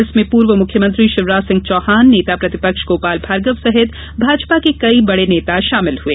इसमें पूर्व मुख्यमंत्री शिवराज सिंह चौहान नेता प्रतिपक्ष गोपाल भार्गव सहित भाजपा के कई बड़े नेता शामिल हुए